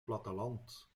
platteland